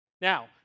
Now